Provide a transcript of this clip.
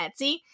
Etsy